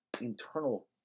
internal